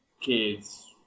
kids